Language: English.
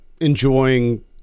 enjoying